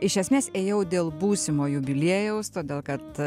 iš esmės ėjau dėl būsimo jubiliejaus todėl kad